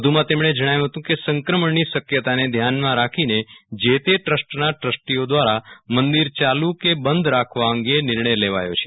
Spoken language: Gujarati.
વધુમાં તેમણે જણાવ્યું હતું કે સંક્રમણની શક્યતાને ધ્યાને રાખીને જે તે ટ્રસ્ટના ટ્રસ્ટીઓ દ્વારા મંદિર ચાલુ કે બંધ રાખવા અં નિર્ણય લેવાયો છે